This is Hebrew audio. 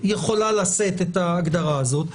יכולה לשאת את ההגדרה הזאת,